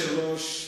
היושב-ראש,